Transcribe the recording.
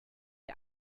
die